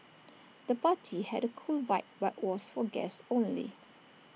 the party had A cool vibe but was for guests only